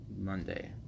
Monday